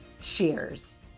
cheers